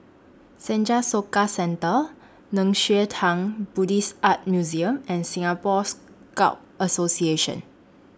Senja Soka Centre Nei Xue Tang Buddhist Art Museum and Singapore Scout Association